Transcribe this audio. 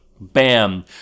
bam